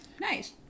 Nice